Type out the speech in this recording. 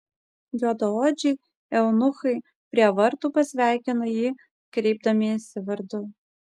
juodaodžiai eunuchai prie vartų pasveikino jį kreipdamiesi vardu